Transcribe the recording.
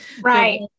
Right